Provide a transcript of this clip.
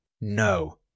No